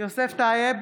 יוסף טייב,